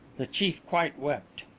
the chief quite wept.